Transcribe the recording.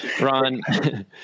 Ron